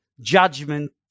judgment